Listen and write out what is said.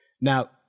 Now